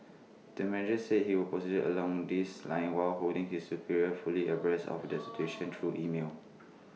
the manager said he will proceeded along these lines while holding his superiors fully abreast of the situation through email